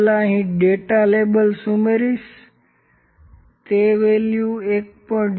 પહેલા હું અહીં ડેટા લેબલ્સ ઉમેરીશ તે વેલ્યુ 1